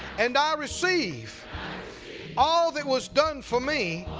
and i receive all that was done for me